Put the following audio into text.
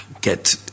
get